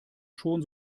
schon